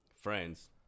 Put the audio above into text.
friends